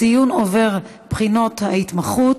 (ציון עובר בבחינות ההתמחות),